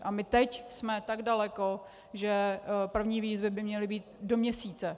A my teď jsme tak daleko, že první výzvy by měly být do měsíce.